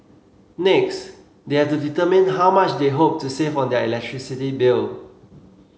next they have to determine how much they hope to save on their electricity bill